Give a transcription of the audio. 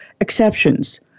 exceptions